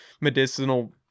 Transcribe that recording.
medicinal